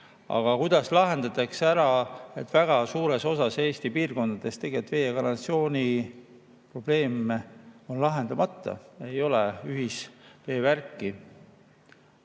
Aga kuidas lahendatakse ära, et väga suures osas Eesti piirkondadest tegelikult vee[värgi] ja kanalisatsiooni probleem on lahendamata, ei ole ühisveevärki?